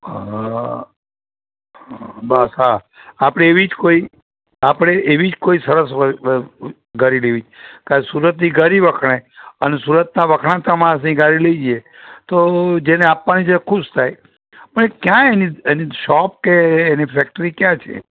બસ હા આપણે એવી જ કોઈ આપણે એવી જ કોઈ સરસ હોય એ ઘારી દેવી કારણ કે સુરતની ઘારી વખણાય અને સુરતના વખણાતા માણસની ઘારી લઈ જઈએ તો જેને આપવાની છે એ ખુશ થાય પણ એ ક્યાં એની એની શોપ કે એની ફૅક્ટરી ક્યાં છે